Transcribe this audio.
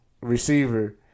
receiver